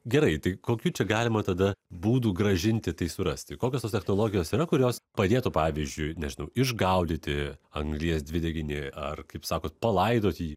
gerai tai kokių čia galima tada būdų grąžinti tai surasti kokios tos technologijos yra kurios padėtų pavyzdžiui nežinau išgaudyti anglies dvideginį ar kaip sakot palaidoti jį